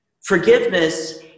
Forgiveness